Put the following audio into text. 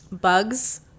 bugs